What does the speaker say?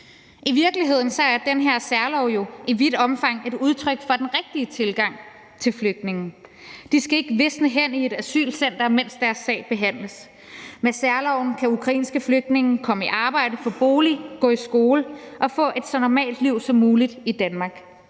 I virkeligheden er den her særlov jo i vidt omfang et udtryk for den rigtige tilgang til flygtninge. De skal ikke visne hen i et asylcenter, mens deres sag behandles. Med særloven kan ukrainske flygtninge komme i arbejde, få bolig, gå i skole og få et så normalt liv som muligt i Danmark.